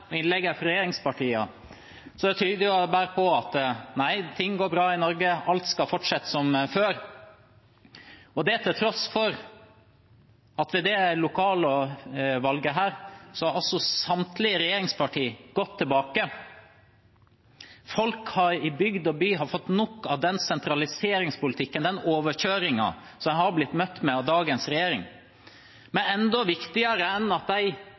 fra regjeringspartiene, ser det ut som om ting går bra i Norge, og at alt skal fortsette som før – til tross for at samtlige regjeringsparti har gått tilbake ved dette lokalvalget. Folk i bygd og by har fått nok av den sentraliseringspolitikken og den overkjøringen som en er blitt møtt med av dagens regjering. Enda viktigere enn at de